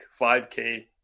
5K